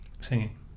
singing